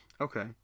Okay